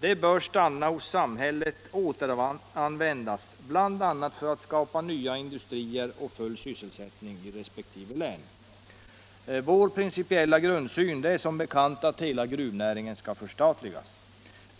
De bör stanna hos samhället och återanvändas bl.a. för att skapa nya industrier och full sysselsättning i resp. län. Vår principiella grundsyn är som bekant att hela gruvnäringen skall förstatligas.